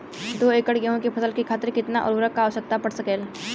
दो एकड़ गेहूँ के फसल के खातीर कितना उर्वरक क आवश्यकता पड़ सकेल?